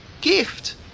gift